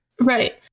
Right